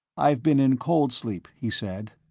i've been in cold-sleep, he said.